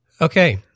Okay